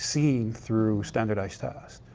seen through standardized tests.